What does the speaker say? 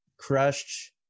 crushed